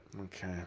Okay